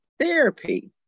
therapy